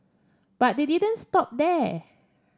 but they didn't stop there